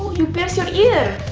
you pierce your ear?